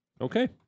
Okay